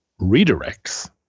redirects